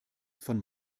von